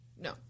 no